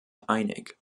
einig